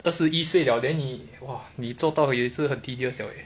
二十一岁了 then 你 !wah! 你做到也是很 tedious 了